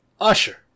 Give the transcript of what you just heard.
Usher